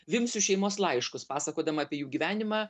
vimsių šeimos laiškus pasakodama apie jų gyvenimą